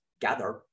gather